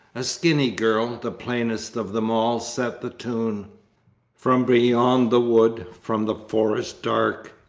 a skinny girl, the plainest of them all, set the tune from beyond the wood, from the forest dark,